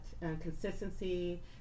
consistency